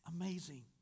Amazing